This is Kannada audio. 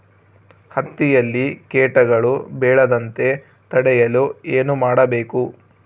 ಹತ್ತಿಯಲ್ಲಿ ಕೇಟಗಳು ಬೇಳದಂತೆ ತಡೆಯಲು ಏನು ಮಾಡಬೇಕು?